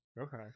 Okay